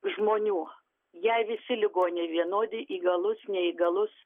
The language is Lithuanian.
žmonių jai visi ligoniai vienodi įgalus neįgalus